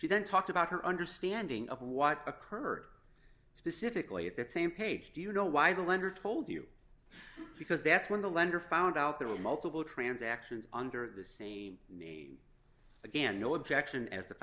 then talked about her understanding of what occurred specifically at that same page do you know why the lender told you because that's when the lender found out there were multiple transactions under the same name again no objection as the